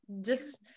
just-